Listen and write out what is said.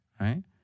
right